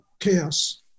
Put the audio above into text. Chaos